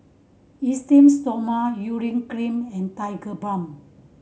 Esteem Stoma Urea Cream and Tigerbalm